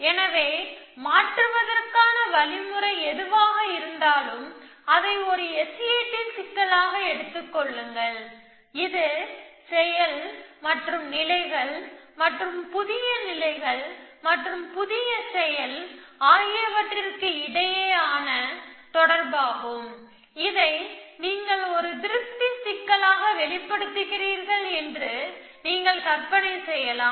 எனவே மாற்றுவதற்கான வழிமுறை எதுவாக இருந்தாலும் அதை ஒரு SAT சிக்கலாக எடுத்துக் கொள்ளுங்கள் இது செயல் மற்றும் நிலைகள் மற்றும் புதிய நிலைகள் மற்றும் புதிய செயல் ஆகியவற்றுக்கு இடையேயான தொடர்பாகும் இதை நீங்கள் ஒரு திருப்தி சிக்கலாக வெளிப்படுத்துகிறீர்கள் என்று நீங்கள் கற்பனை செய்யலாம்